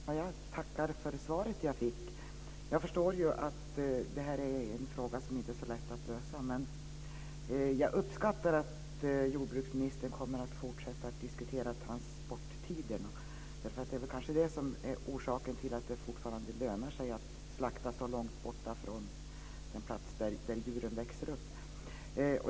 Herr talman! Jag tackar för det svar jag fick. Jag förstår att detta är en fråga som inte är så lätt att lösa. Jag uppskattar att jordbruksministern kommer att fortsätta att diskutera transporttiderna. Det är kanske det som är orsaken till att det fortfarande lönar sig att slakta så långt bort från den plats där djuren växer upp.